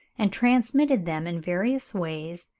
and transmitted them in various ways,